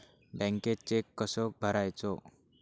बँकेत चेक कसो भरायचो?